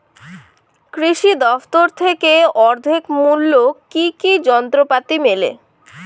কৃষি দফতর থেকে অর্ধেক মূল্য কি কি যন্ত্রপাতি মেলে?